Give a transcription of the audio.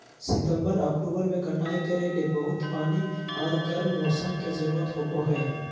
सितंबर, अक्टूबर में कटाई करे ले बहुत पानी आर गर्म मौसम के जरुरत होबय हइ